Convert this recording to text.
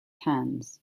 hands